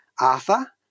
Arthur